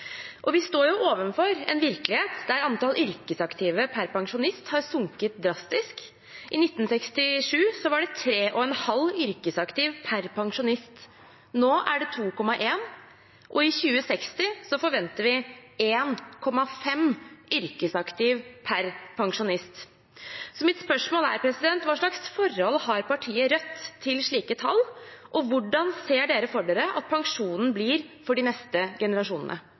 Vi står overfor en virkelighet der antall yrkesaktive per pensjonist har sunket drastisk. I 1967 var det tre og en halv yrkesaktiv per pensjonist. Nå er det 2,1, og i 2060 forventer vi 1,5 yrkesaktiv per pensjonist. Så mitt spørsmål er: Hva slags forhold har partiet Rødt til slike tall, og hvordan ser de for seg at pensjonen blir for de neste generasjonene?